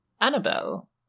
Annabelle